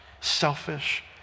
selfish